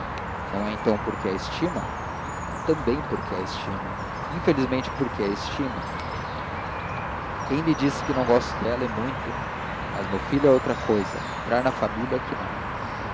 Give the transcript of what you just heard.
não é então porque a estima e também porque a estimo infelizmente porque a estimo quem lhe disse que não gosto dela e muito mas meu filho é outra cousa entrar na família é que não